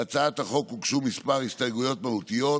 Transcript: להצעת החוק הוגשו כמה הסתייגויות מהותיות,